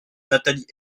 nathalie